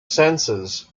senses